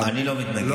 אני לא מתנגד.